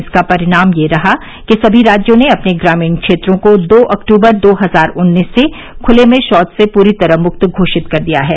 इसका परिणाम यह रहा कि सभी राज्यों ने अपने ग्रामीण क्षेत्रों को दो अक्टूबर दो हजार उन्नीस से खुले में शौच से पूरी तरह मुक्त घोषित कर दिया है